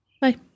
Bye